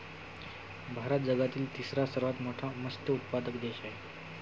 भारत जगातील तिसरा सर्वात मोठा मत्स्य उत्पादक देश आहे